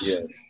Yes